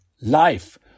life